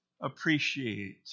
appreciate